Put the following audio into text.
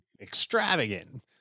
extravagant